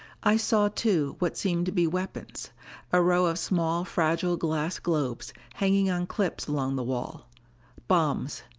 i saw too, what seemed to be weapons a row of small fragile glass globes, hanging on clips along the wall bombs,